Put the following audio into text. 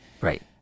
Right